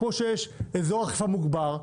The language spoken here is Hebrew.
כמו שיש אזור אכיפה מוגבר,